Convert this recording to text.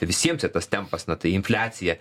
tai visiems yr tas tempas na tą infliaciją